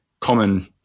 common